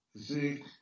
see